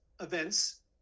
events